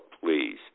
please